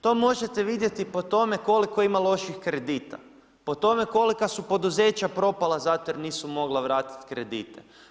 To možete vidjeti po tome koliko ima loših kredita, po tome kolika su poduzeća propala zato jer nisu mogla vratiti kredite.